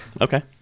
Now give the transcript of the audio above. okay